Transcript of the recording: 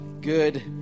good